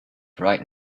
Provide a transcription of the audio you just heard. right